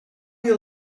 you